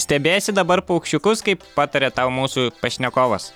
stebėsi dabar paukščiukus kaip pataria tau mūsų pašnekovas